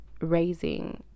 raising